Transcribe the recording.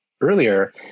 earlier